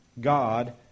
God